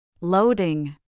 Loading